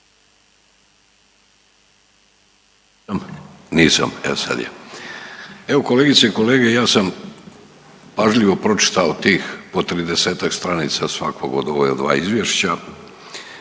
(Nezavisni)** Evo kolegice i kolege ja sam pažljivo pročitao tih po 30-tak stranica svakog od ova dva izvješća